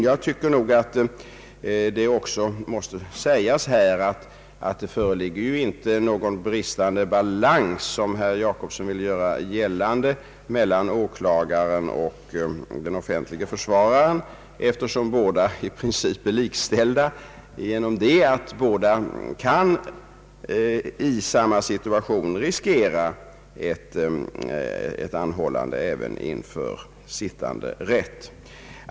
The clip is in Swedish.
Jag tycker nog att det också måste sägas att här inte föreligger någon bristande balans, vilket herr Jacobsson ville göra gällande, mellan åklagaren och den offentlige försvararen. Båda är i princip likställda därigenom att båda kan i samma situation riskera ett anhållande även inför sittande rätt.